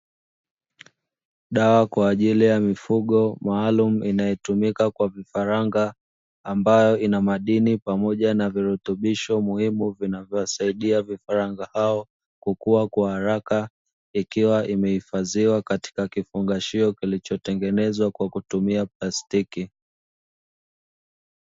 Dawa kwa ajili ya mifugo maalumu inayotumika kwa vifaranga, ambayo ina madini pamoja na virutubisho muhimu vinavyowasaidia vifaranga hao kukua kwa haraka, ikiwa imehifadhiwa katika kifungashio kilichotengenezwa kwa kutumia plastiki.